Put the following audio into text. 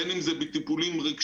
בין אם זה בטיפולים רגשיים,